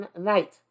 night